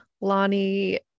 Lonnie